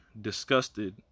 disgusted